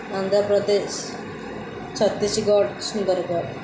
Andhra Pradesh Chhattisgarh Sundargarh